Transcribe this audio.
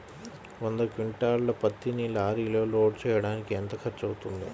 వంద క్వింటాళ్ల పత్తిని లారీలో లోడ్ చేయడానికి ఎంత ఖర్చవుతుంది?